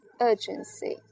urgency